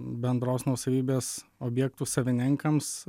bendros nuosavybės objektų savininkams